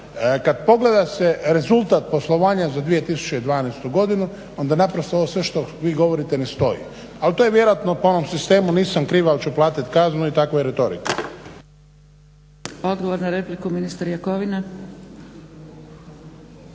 kad pogleda se rezultat poslovanja za 2012.godinu onda naprosto ovo sve što vi govorite ne stoji. Al to je vjerojatno po onom sistemu nisam kriv al ću platit kaznu i takva je retorika.